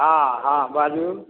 हँ हँ बाजू